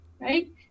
right